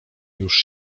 już